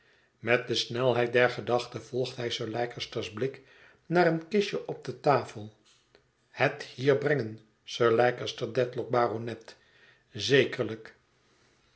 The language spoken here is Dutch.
met de snelheid der gedachte volgt hij sir leicester's blik naar een kistje op de tafel het hier brengen sir leicester dedlock baronet zekerlijk